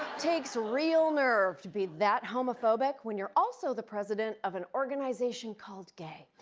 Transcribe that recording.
takes real nerve to be that homophobic when you're also the president of an organization called gai.